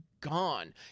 gone